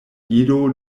ido